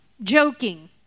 joking